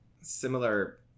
similar